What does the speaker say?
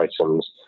items